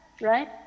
right